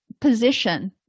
position